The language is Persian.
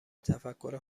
تفکر